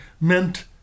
meant